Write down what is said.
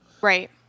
Right